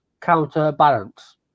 counterbalance